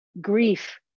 grief